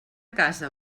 casa